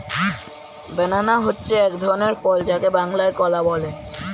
banana হচ্ছে এক ধরনের ফল যাকে বাংলায় কলা বলে